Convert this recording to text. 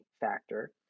factor